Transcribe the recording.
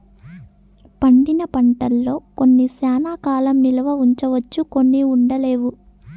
పండిన పంటల్లో కొన్ని శ్యానా కాలం నిల్వ ఉంచవచ్చు కొన్ని ఉండలేవు